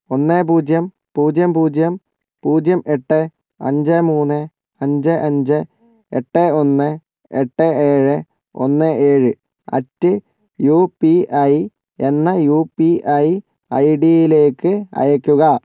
ഒന്ന് പൂജ്യം പൂജ്യം പൂജ്യം പൂജ്യം എട്ട് അഞ്ച് മൂന്ന് അഞ്ച് അഞ്ച് എട്ട് ഒന്ന് എട്ട് ഏഴ് ഒന്ന് ഏഴ് അറ്റ് യു പി ഐ എന്ന യു പി ഐ ഐ ഡിയിലേക്ക് അയയ്ക്കുക